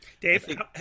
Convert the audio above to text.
Dave